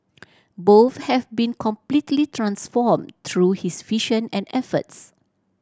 both have been completely transformed through his vision and efforts